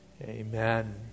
Amen